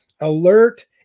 alert